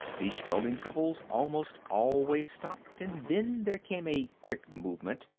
the strolling couples almost always stopped, and then there came a quick movement,